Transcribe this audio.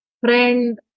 friend